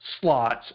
slots